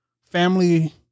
family